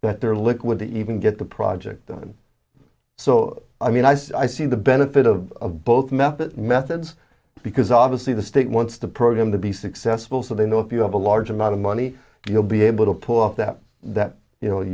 that they're liquid to even get the project done so i mean i see the benefit of both method methods because obviously the state wants the program to be successful so they know if you have a large amount of money you'll be able to pull up that that you know